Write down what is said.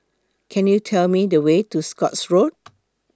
Could YOU Tell Me The Way to Scotts Road